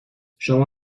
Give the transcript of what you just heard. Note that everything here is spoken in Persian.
شما